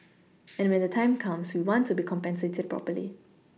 and when the time comes we want to be compensated properly